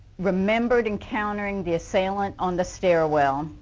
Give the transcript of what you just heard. remembered encountering the assailant on the stairwell,